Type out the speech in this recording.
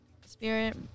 Spirit